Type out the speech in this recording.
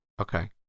Okay